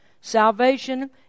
Salvation